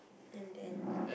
and then